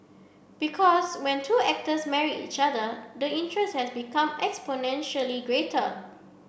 because when two actors marry each other the interest has become exponentially greater